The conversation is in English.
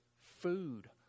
food